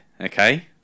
okay